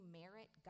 merit